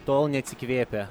tol neatsikvėpia